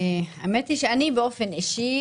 האמת היא שאני באופן אישי,